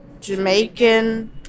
Jamaican